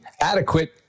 adequate